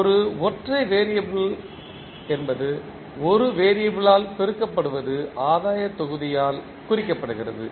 ஒரு ஒற்றை வெறியபிள்யது ஒரு வெறியபிள்லியால் பெருக்கப்படுவது ஆதாயத் தொகுதியால் குறிக்கப்படுகிறது